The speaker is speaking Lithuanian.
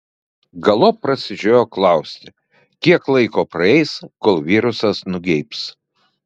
galop prasižiojo klausti kiek laiko praeis kol virusas nugeibs